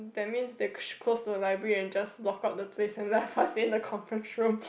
that means they close the library and just lock up the place and left us in the conference room